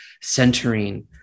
centering